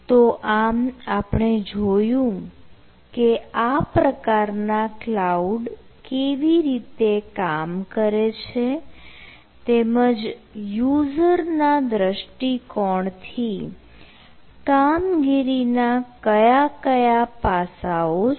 તો આમ આપણે જોયું કે આ પ્રકારના ક્લાઉડ કેવી રીતે કામ કરે છે તેમજ યુઝરના દ્રષ્ટિકોણથી કામગીરીના કયા કયા પાસાઓ છે